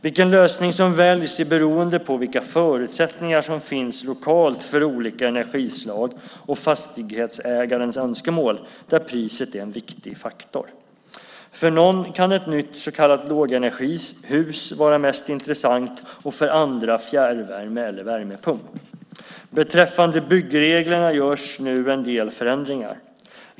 Vilken lösning som väljs beror på vilka förutsättningar som finns lokalt för olika energislag och fastighetsägarens önskemål, där priset är en viktig faktor. För någon kan ett nytt så kallat lågenergihus vara mest intressant och för andra fjärrvärme eller värmepump. Beträffande byggreglerna görs nu en del förändringar.